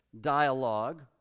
dialogue